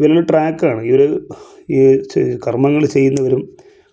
ഇതൊരു ട്രാക്കാണ് ഈയൊരു ഈ കർമ്മങ്ങൾ ചെയ്യുന്നവരും